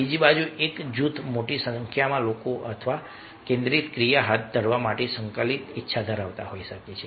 બીજી બાજુ એક જૂથ મોટી સંખ્યામાં લોકો અથવા કેન્દ્રિત ક્રિયા હાથ ધરવા માટે સંકલિત ઇચ્છા ધરાવતા હોઈ શકે છે